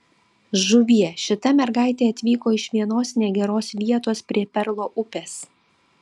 žuvie šita mergaitė atvyko iš vienos negeros vietos prie perlo upės